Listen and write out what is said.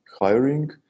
hiring